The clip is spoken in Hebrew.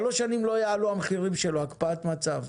שלוש שנים לא יעלו המחירים שלו, הקפאת מצב.